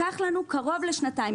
לקח לנו קרוב לשנתיים.